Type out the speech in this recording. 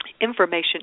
information